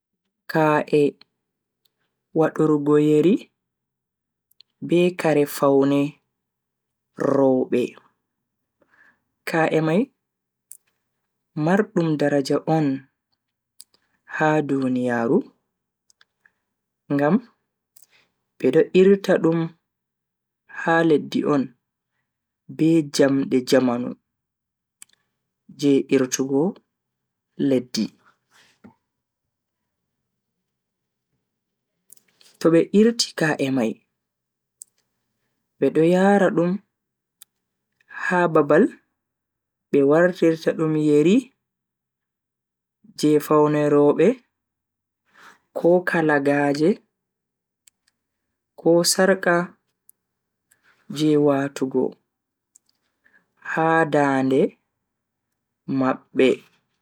Kaa'e wadurgo yeri be kare faune roobe. Ka'e mai mardum daraja on ha duniyaaru ngam bedo irta dum ha leddi on be jamde jamanu je irtugo leddi. To be irti ka'e mai, bedo yara dum ha babal be wartirta dum yeri je faune robe ko kalagaaje, ko sarka je watugo ha dande mabbe.